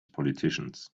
politicians